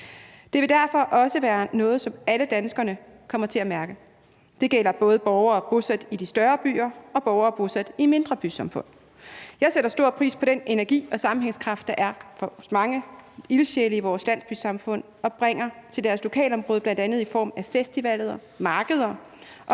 Det vil derfor også være noget, som alle danskere kommer til at mærke; det gælder både borgere bosat i de større byer og borgere bosat i mindre bysamfund. Jeg sætter stor pris på den energi og vilje til sammenhængskraft, der er hos mange ildsjæle i vores landsbysamfund, og som de bringer til deres lokalsamfund, bl.a. i form af festivaler, markeder og